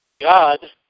God